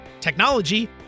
technology